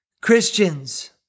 Christians